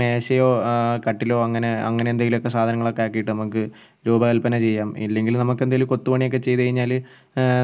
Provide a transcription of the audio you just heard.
മേശയോ കട്ടിലോ അങ്ങനെ അങ്ങനെ എന്തെങ്കിലുമൊക്കെ സാധനങ്ങളൊക്കെ ആക്കിയിട്ട് നമുക്ക് രൂപകല്പന ചെയ്യാം ഇല്ലെങ്കിൽ നമുക്ക് എന്തെങ്കിലും കൊത്തുപണിയൊക്കെ ചെയ്ത് കഴിഞ്ഞാൽ